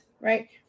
right